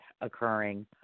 occurring